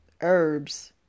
herbs